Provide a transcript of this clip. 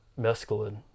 mescaline